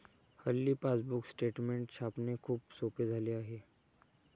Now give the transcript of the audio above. हल्ली passbook statement छापणे खूप सोपे झाले आहे